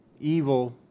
evil